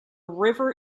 river